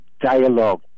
dialogue